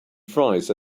fries